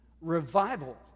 revival